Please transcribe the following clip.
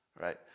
right